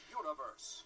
universe